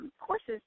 courses